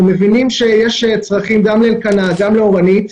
אנחנו מבינים שיש צרכים גם לאלקנה, גם לאורנית,